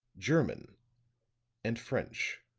german and french.